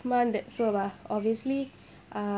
month that soap ah obviously uh